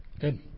Good